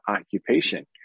occupation